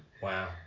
Wow